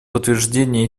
подтверждение